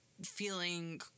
feeling